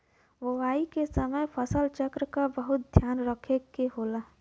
बोवाई के समय फसल चक्र क बहुत ध्यान रखे के होला